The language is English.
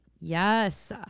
Yes